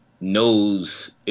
knows